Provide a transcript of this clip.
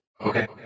Okay